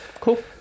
Cool